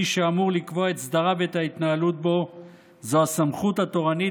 מי שאמור לקבוע את סדריו ואת ההתנהלות בו הוא הסמכות התורנית